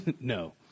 No